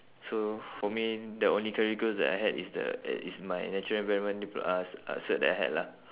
so for me the only career goals that I had is the uh is my natural environment dipl~ uh uh cert that I had lah